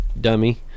dummy